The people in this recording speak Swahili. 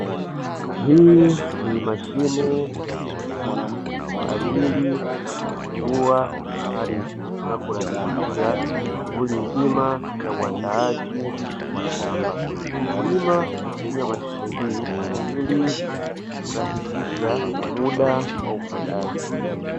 Hii ni mashine ya kisasa kwa ajili ya kuchimbua ardhi na kurahisisha shughuli nzima ya uandaaji wa shamba. Wakulima hutumia mashine hii ili kurahisisha muda wa upandaji.